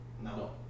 No